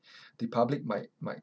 the public might might